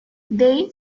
they